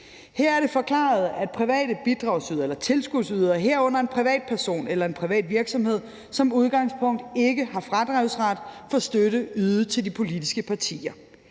Her er det forklaret, at private bidragsydere eller tilskudsydere, herunder en privatperson eller en privat virksomhed, som udgangspunkt ikke har fradragsret for støtte ydet til de politiske partier.